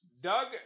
Doug